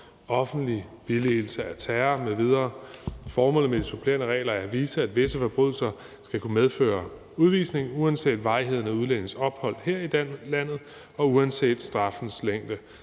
offentlig billigelse af terror m.v. Formålet med de supplerende regler er at vise, at visse forbrydelser skal kunne medføre udvisning uanset varigheden af udlændingens ophold her i landet og uanset straffens længde.